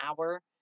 hour